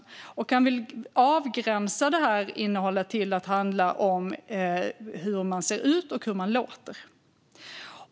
Han vill avgränsa innehållet till att handla om hur personer ser ut och låter.